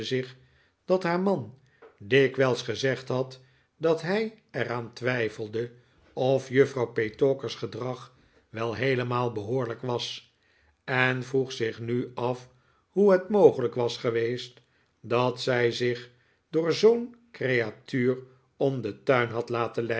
dat haar man dikwijls gezegd had dat hij er aan twijfelde of juffrouw petowker's gedrag wel heelemaal behoorlijk was en vroeg zich nu af hoe het mogelijk was geweest dat zij zich door zoo'n creatuur om den tuin had laten